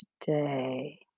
today